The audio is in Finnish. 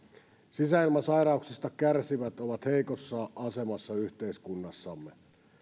sisäilmasairauksista kärsivät ovat heikossa asemassa yhteiskunnassamme